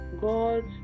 God